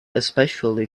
especially